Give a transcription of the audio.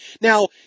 Now